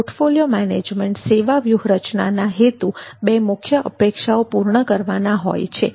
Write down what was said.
portfolio management સેવા વ્યૂહરચનાનો હેતુ બે મુખ્ય અપેક્ષાઓ પૂર્ણ કરવાનો હોય છે